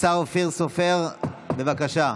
השר אופיר סופר, בבקשה.